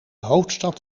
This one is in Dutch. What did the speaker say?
hoofdstad